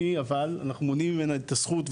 שאנחנו מונעים מרמ״י את הזכות,